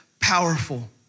powerful